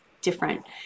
different